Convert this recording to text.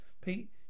Pete